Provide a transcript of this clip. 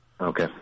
Okay